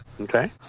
Okay